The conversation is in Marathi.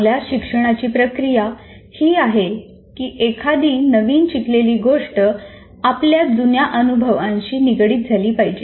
चांगल्या शिक्षणाची प्रक्रिया ही आहे की एखादी नवीन शिकलेली गोष्ट आपल्या जुन्या अनुभवांशी निगडित झाली पाहिजे